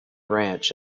ranch